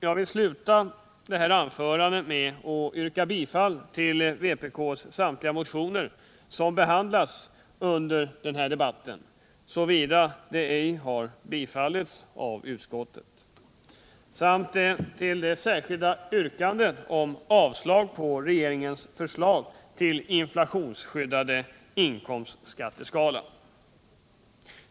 Jag vill sluta detta anförande med att yrka bifall till samtliga de vpk:s motioner som behandlas i denna debatt och som inte har tillstyrkts av utskottet samt till det särskilda yrkandet om avslag på regeringens förslag om en inflationsskyddad inkomstskatteskala.